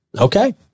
Okay